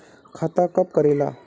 खाता कब करेला?